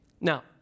Now